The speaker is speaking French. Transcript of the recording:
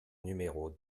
numéro